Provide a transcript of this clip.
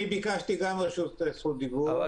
אני ביקשת גם זכות דיבור, אדוני היושב-ראש.